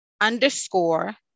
underscore